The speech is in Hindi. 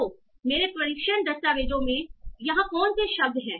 तो मेरे परीक्षण दस्तावेजों में यहाँ कौन से शब्द हैं